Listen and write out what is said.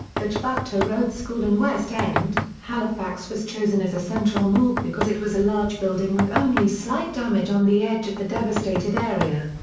the chebucto road school in west end, halifax was chosen as a central morgue because it was a large building with only slight damage on the edge of the devastated area.